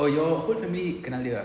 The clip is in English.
oh your whole family kenal dia ah